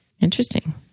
Interesting